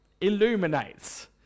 illuminates